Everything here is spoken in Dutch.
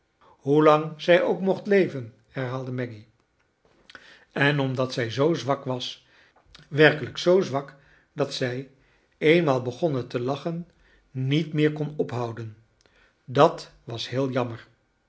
lang zij ook mocht leven herhaalde maggy j en omdat zij zoo zwak was werkelijk zoo zwak dat zij eenmaal begonnen te lachen niet meer kon ophouden dat was heel jammer